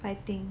fighting